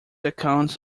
accounts